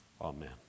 Amen